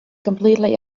completely